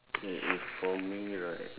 K if for me right